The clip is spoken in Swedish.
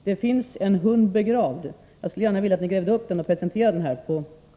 Det finns en hund begravd. Jag skulle vilja att ni så att säga grävde upp den och presenterade den från talarstolen.